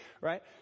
right